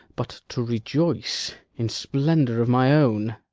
but to rejoice in splendour of my own.